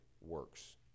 works